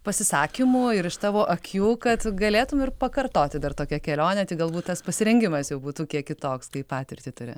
pasisakymų ir iš tavo akių kad galėtum ir pakartoti dar tokią kelionę tik galbūt tas pasirengimas jau būtų kiek kitoks kai patirtį turi